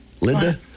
linda